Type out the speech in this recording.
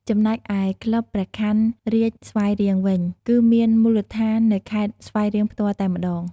ចំណែកឯ ក្លឹបព្រះខ័នរាជស្វាយរៀងវិញ គឺមានមូលដ្ឋាននៅខេត្តស្វាយរៀងផ្ទាល់តែម្តង។